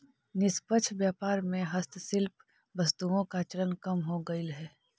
निष्पक्ष व्यापार में हस्तशिल्प वस्तुओं का चलन कम हो गईल है